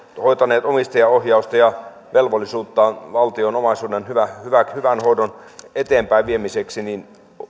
hoitaneet omistajaohjausta ja velvollisuuttaan valtion omaisuuden hyvän hoidon eteenpäinviemiseksi niin